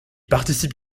participe